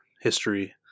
history